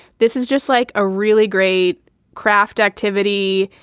this is just like a really great craft activity.